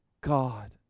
God